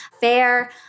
fair